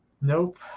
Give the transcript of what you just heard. Nope